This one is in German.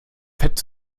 fett